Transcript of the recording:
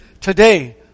today